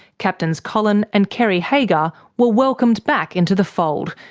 captains colin and kerry haggar were welcomed back into the fold,